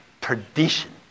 perdition